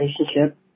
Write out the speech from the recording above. relationship